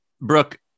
Brooke